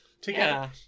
Together